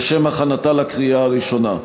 לשם הכנתה לקריאה הראשונה.